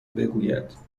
بگوید